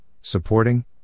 supporting